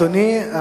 תודה, אדוני.